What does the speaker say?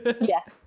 Yes